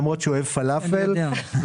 למרות שהוא אוהב פלאפל, נכון?